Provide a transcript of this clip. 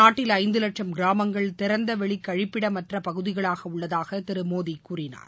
நாட்டில் ஐந்து லட்சம் கிராமங்கள் திறந்தவெளி கழிப்பிடமற்ற பகுதிகளாக உள்ளதாக திரு மோடி கூறினார்